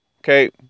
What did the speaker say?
Okay